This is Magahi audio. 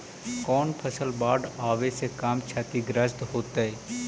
कौन फसल बाढ़ आवे से कम छतिग्रस्त होतइ?